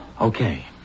Okay